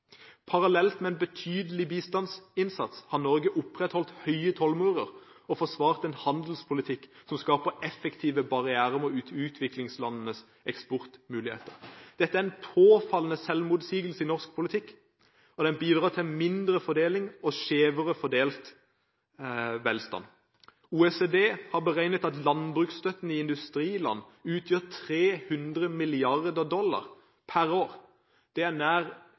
Parallelt med en betydelig bistandsinnsats har Norge opprettholdt høye tollmurer og forsvart en handelspolitikk som skaper effektive barrierer mot utviklingslandenes eksportmuligheter. Dette er en påfallende selvmotsigelse i norsk politikk, og den bidrar til mindre fordeling og skjevere fordelt velstand. OECD har beregnet at landbruksstøtten i industriland utgjør 300 mrd. dollar per år. Det er nær